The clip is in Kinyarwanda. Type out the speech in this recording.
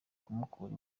kumukura